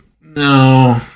no